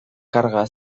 karga